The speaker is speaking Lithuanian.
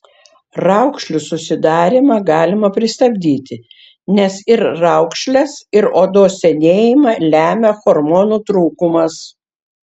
raukšlių susidarymą galima pristabdyti nes ir raukšles ir odos senėjimą lemia hormonų trūkumas